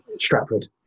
Stratford